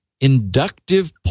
inductive